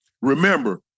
Remember